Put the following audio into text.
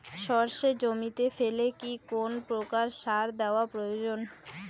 সর্ষে জমিতে ফেলে কি কোন প্রকার সার দেওয়া প্রয়োজন?